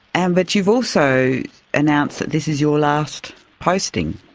and but you've also announced that this is your last posting.